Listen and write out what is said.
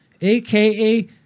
aka